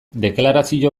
deklarazio